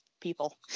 people